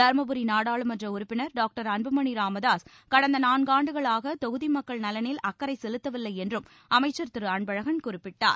தருமபுரி நாடாளுமன்ற உறுப்பினர் டாக்டர் அன்புமணி ராமதாஸ் கடந்த நான்காண்டுகளாக தொகுதி மக்கள் நலனில் அக்கறை செலுத்தவில்லை என்றும் அமைச்சர் திரு அன்பழகன் குறிப்பிட்டார்